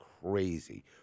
crazy